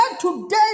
today